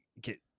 get